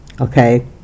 Okay